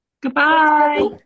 Goodbye